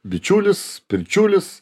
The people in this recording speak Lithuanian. bičiulis pirčiulis